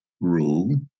rule